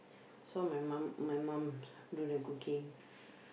so my mum my mum do the cooking